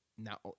Now